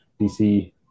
DC